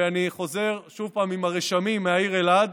ואני חוזר שוב פעם עם הרשמים מהעיר אלעד